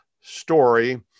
story